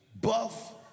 buff